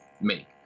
make